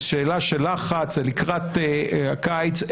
זה שאלה של לחץ לקראת הקיץ.